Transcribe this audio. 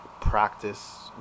practice